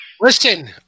Listen